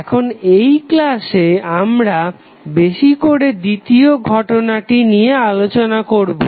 এখন এই ক্লাসে আমরা বেশিকরে দ্বিতীয় ঘটনাটি নিয়ে আলোচনা করবো